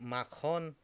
মাখন